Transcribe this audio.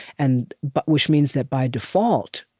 and but which means that, by default,